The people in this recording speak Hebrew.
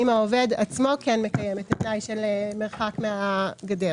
אם העובד עצמו כן מקיים את התנאי של מרחק מהגדר.